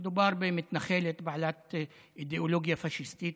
מדובר במתנחלת בעלת אידיאולוגיה פשיסטית,